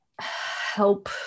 help